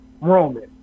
Roman